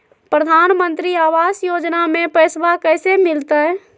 प्रधानमंत्री आवास योजना में पैसबा कैसे मिलते?